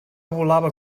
volava